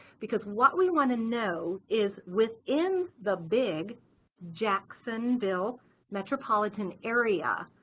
because what we want to know is within the big jacksonville metropolitan area,